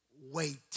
Wait